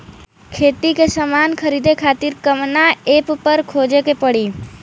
खेती के समान खरीदे खातिर कवना ऐपपर खोजे के पड़ी?